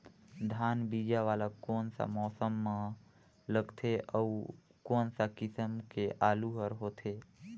धान बीजा वाला कोन सा मौसम म लगथे अउ कोन सा किसम के आलू हर होथे?